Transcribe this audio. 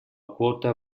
quota